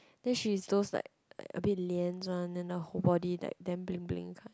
then she is those like a bit lian one then her whole body like damn bling bling kind